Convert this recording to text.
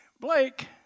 Blake